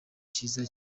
cyiza